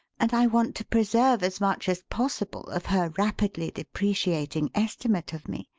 and i want to preserve as much as possible of her rapidly depreciating estimate of me.